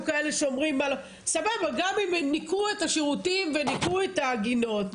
גם אם ניקו את השירותים וניקו את הגינות,